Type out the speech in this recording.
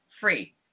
free